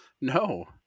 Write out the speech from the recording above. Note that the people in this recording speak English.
No